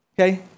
okay